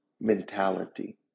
mentality